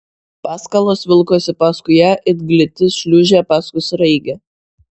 paskalos vilkosi paskui ją it gliti šliūžė paskui sraigę